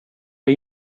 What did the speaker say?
jag